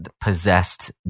Possessed